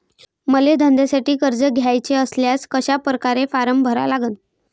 मले धंद्यासाठी कर्ज घ्याचे असल्यास कशा परकारे फारम भरा लागन?